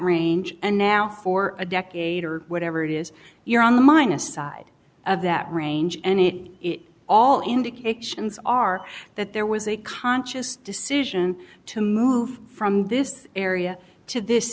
range and now for a decade or whatever it is you're on the minus side of that range and it all indications are that there was a conscious decision to move from this area to this